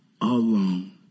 alone